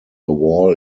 wall